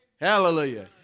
Hallelujah